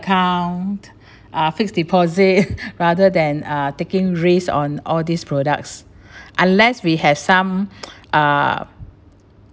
account ah fixed deposit rather than uh taking risk on all these products unless we have some uh